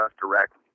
directly